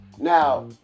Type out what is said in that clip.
Now